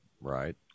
Right